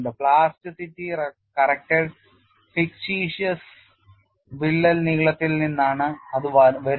plasticity corrected fictitious വിള്ളൽ നീളത്തിൽ നിന്നാണ് അത് വരുന്നത്